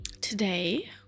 today